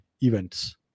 events